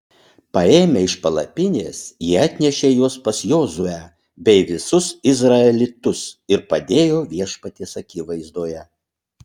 paėmę iš palapinės jie atnešė juos pas jozuę bei visus izraelitus ir padėjo viešpaties akivaizdoje